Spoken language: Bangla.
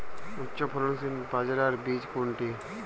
উচ্চফলনশীল বাজরার বীজ কোনটি?